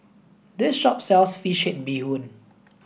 this shop sells fish head bee hoon